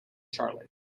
charley